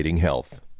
health